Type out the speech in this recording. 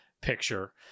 picture